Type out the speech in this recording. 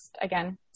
again